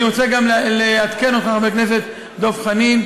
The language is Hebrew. אני גם רוצה לעדכן אותך, חבר הכנסת דב חנין: